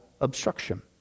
obstruction